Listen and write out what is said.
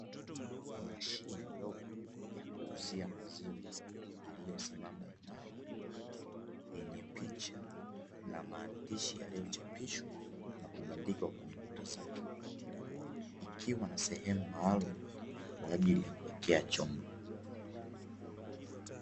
Mashine ndogo ya kuuzia maziwa iliyosimama imara yenye picha na maandishi yaliyochapishwa na kubandikwa kwenye kuta zake, ikiwa na sehemu maalumu kwa ajili ya kuwekea chombo.